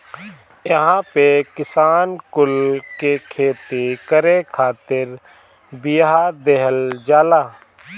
इहां पे किसान कुल के खेती करे खातिर बिया दिहल जाला